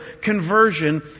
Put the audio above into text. conversion